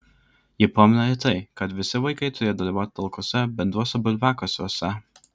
ji pamena ir tai kad visi vaikai turėjo dalyvauti talkose bendruose bulviakasiuose